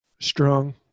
strong